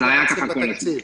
זה היה ככה כל הזמן.